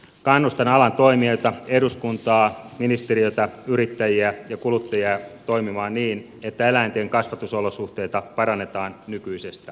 kannustan alan toimijoita eduskuntaa ministeriötä yrittäjiä ja kuluttajia toimimaan niin että eläinten kasvatusolosuhteita parannetaan nykyisestä